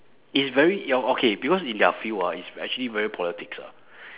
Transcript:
it's very your okay because in their field ah it's actually very politics ah